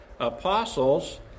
Apostles